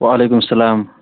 وعلیکُم اَسَلام